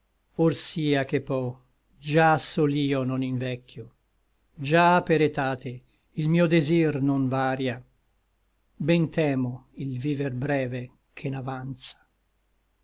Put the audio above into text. sia che pò già sol io non invecchio già per etate il mio desir non varia ben temo il viver breve che n'avanza